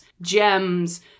gems